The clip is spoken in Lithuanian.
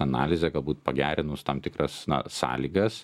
analizę pagerinus tam tikras sąlygas